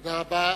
תודה רבה.